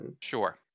Sure